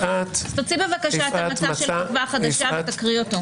תוציא את המצע ותקריא אותו.